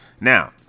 Now